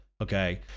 okay